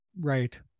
Right